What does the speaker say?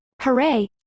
Hooray